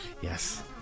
Yes